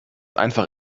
einfach